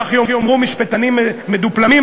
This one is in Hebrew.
כך יאמרו משפטנים מדופלמים,